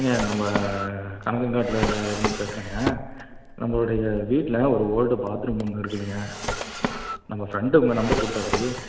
ஏங்க நம்ம பனங்கங்காட்டில் இருந்து பேசுகிறேங்க நம்மளுடைய வீட்டில் ஒரு ஓல்டு பாத்ரூம் ஒன்று இருக்குதுங்க நம்ம ஃப்ரெண்டு உங்கள் நம்பர் கொடுத்தாப்படி